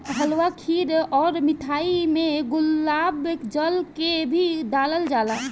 हलवा खीर अउर मिठाई में गुलाब जल के भी डलाल जाला